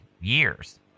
years